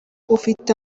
ufite